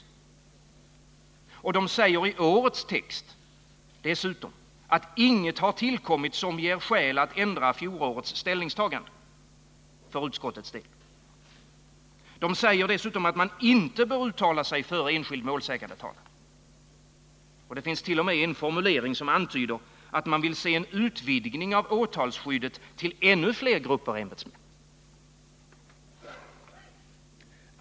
Utskottet säger i årets text dessutom att inget tillkommit som ger skäl att ändra fjolårets ställningstagande för utskottets del, och där står också att man inte bör uttala sig för enskild målsägandetalan. Det finns t.o.m. en formulering som antyder att man vill se en utvidgning av åtalsskyddet till ännu fler grupper ämbetsmän.